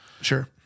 Sure